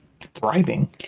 thriving